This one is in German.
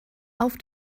auf